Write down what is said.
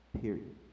Period